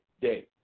day